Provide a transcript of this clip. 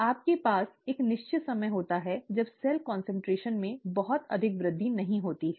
आपके पास एक निश्चित समय होता है जब सेल कान्सन्ट्रेशन में बहुत अधिक वृद्धि नहीं होती है